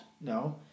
No